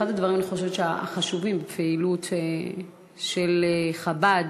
אני חושבת שאחד הדברים החשובים בפעילות של חב"ד: